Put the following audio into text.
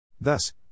Thus